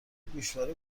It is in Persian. گوشواره